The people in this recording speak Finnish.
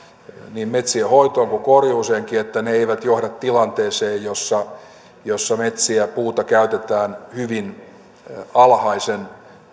niin metsienhoitoon kuin korjuuseenkin eivät johda tilanteeseen jossa metsiä ja puuta käytetään hyvin alhaisen